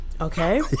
okay